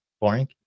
boring